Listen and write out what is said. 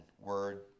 word